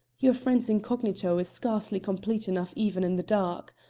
your friend's incognito is scarcely complete enough even in the dark.